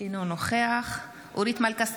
אינו נוכח אורית מלכה סטרוק,